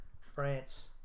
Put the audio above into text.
France